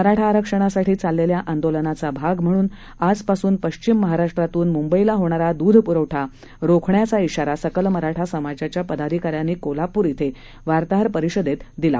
मराठा आरक्षणासाठी चाललेल्या आंदोलनाचा भाग म्हणून आजपासून पश्चिम महाराष्ट्रातून मुंबईला होणारा दूध पुरवठा आजपासून रोखण्याचा धिारा सकल मराठा समाजच्या पदाधिका यांनी कोल्हापूर धिं वार्ताहर परिषदेत दिला